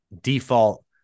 default